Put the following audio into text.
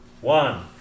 One